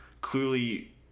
clearly